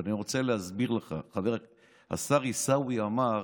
אני רוצה להסביר לך, השר עיסאווי אמר: